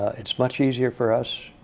it's much easier for us